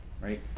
Right